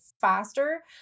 faster